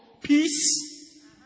Peace